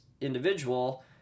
individual